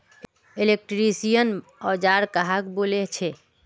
Electrician औजार कहाक बोले छे?